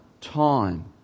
time